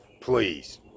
please